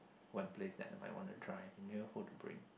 one place that I might want to try I don't know who to bring